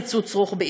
קיצוץ רוחבי?